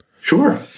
Sure